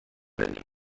benjamin